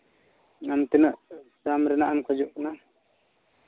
ᱟᱢ ᱛᱤᱱᱟᱹᱜ ᱫᱟᱢ ᱨᱮᱱᱟᱜ ᱮᱢ ᱠᱷᱚᱡᱚᱜ ᱠᱟᱱᱟ